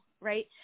right